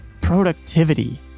productivity